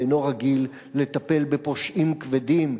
ואינו רגיל לטפל בפושעים כבדים,